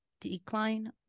decline